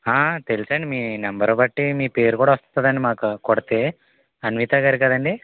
తెలుసండి మీ నెంబరు బట్టి మీ పేరు కూడ వతుందండి మాకు కొడితే అన్విత గారు కదండి